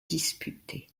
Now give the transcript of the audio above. disputer